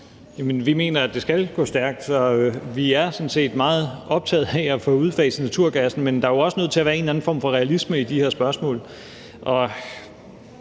Vi mener, at det skal gå stærkt, og vi er sådan set meget optaget af at få udfaset naturgassen, men der er jo også nødt til at være en eller anden form for realisme i de her spørgsmål.